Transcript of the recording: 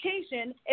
education